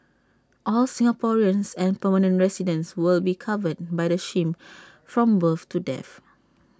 all Singaporeans and permanent residents will be covered by the scheme from birth to death